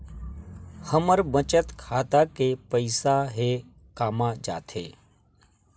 हमर बचत खाता के पईसा हे कामा जाथे?